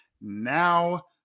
now